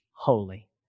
Holy